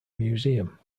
museum